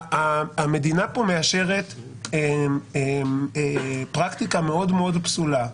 המדינה פה מאשרת פרקטיקה מאוד מאוד פסולה,